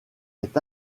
est